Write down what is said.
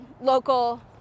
local